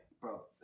Bro